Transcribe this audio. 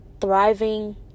thriving